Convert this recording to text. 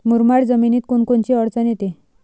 मुरमाड जमीनीत कोनकोनची अडचन येते?